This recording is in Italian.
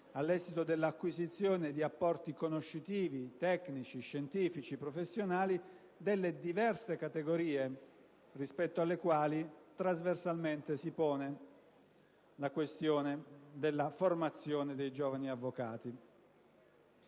all'esito dell'acquisizione di apporti conoscitivi, tecnici, scientifici e professionali delle diverse categorie, rispetto alle quali trasversalmente si pone la questione della formazione dei giovani avvocati.